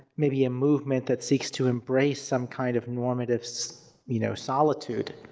maybe a movement that seeks to embrace some kind of normative you know solitude.